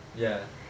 ya